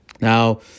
Now